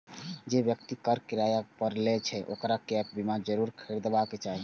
जे व्यक्ति कार किराया पर लै छै, ओकरा गैप बीमा जरूर खरीदबाक चाही